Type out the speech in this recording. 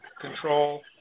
control